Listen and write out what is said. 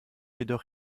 jedoch